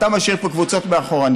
אתה משאיר פה קבוצות מאחור.